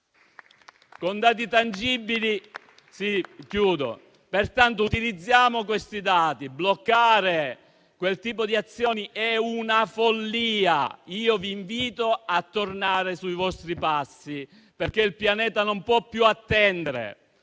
con dati tangibili; pertanto utilizziamo questi dati. Bloccare quel tipo di azioni è una follia. Vi invito a tornare sui vostri passi perché il pianeta non può più attendere.